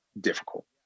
difficult